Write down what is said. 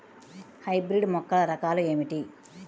Hybrid మొక్కల రకాలు ఏమిటీ?